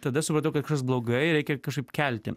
tada supratau kad kažkas blogai reikia kažkaip kelti